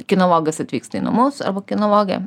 kinologas atvyksta į namus arba kinologė